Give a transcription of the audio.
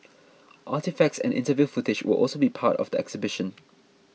artefacts and interview footage will also be part of the exhibition